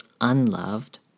unloved